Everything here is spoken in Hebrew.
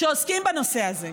שעוסקים בנושא הזה,